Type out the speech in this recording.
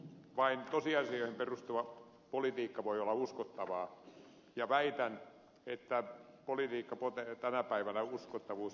vain tosiasioihin perustuva politiikka voi olla uskottavaa ja väitän että politiikka potee tänä päivänä uskottavuusvajetta